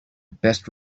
best